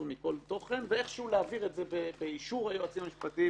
מכל תוכן ואיכשהו להעביר את זה באישור היועצים המשפטיים.